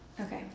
Okay